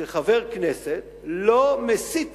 שחבר כנסת לא מסית